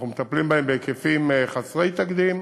אנחנו מטפלים בהם בהיקפים חסרי תקדים,